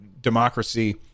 democracy